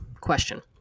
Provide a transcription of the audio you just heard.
question